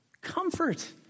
comfort